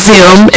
Zoom